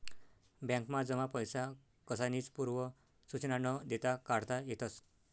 बॅकमा जमा पैसा कसानीच पूर्व सुचना न देता काढता येतस